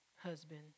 husband